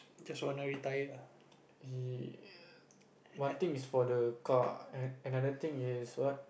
he one thing is for the car another thing is what